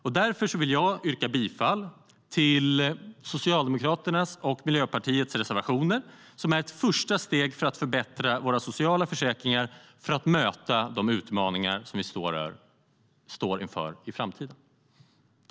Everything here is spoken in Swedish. (Beslut fattades under § 9.